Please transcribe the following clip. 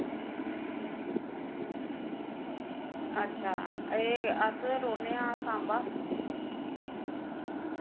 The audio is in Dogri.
एह् अस रौह्न्ने आं सांबा